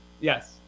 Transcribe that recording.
yes